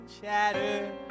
chatter